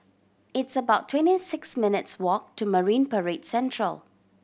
it's about twenty six minutes' walk to Marine Parade Central